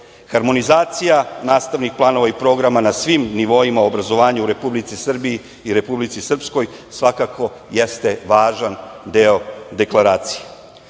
Harmonizacija nastavnih planova i programa na svim nivoima obrazovanja u Republici Srbiji i Republici Srpskoj svakako jeste važan deo Deklaracije. Nisu